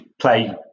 play